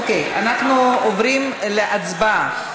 אוקיי, אנחנו עוברים להצבעה.